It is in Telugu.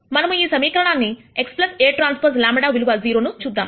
మనము ఈ సమీకరణాన్ని x ATλ విలువ 0 ను చూద్దాం